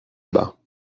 bas